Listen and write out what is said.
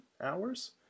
hours